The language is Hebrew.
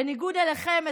בניגוד אליכם,